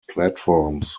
platforms